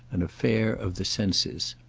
an affair of the senses.